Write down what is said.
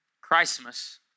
Christmas